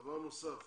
דבר נוסף.